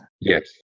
yes